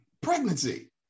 Pregnancy